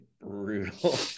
Brutal